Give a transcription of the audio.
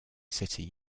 city